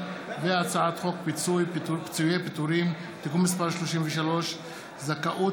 הצעת חוק פיצויי פיטורים (תיקון מס' 33) (זכאות